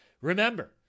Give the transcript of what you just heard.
Remember